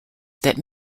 that